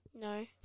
No